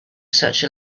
such